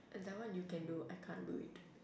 that one you can do I can't do it